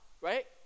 right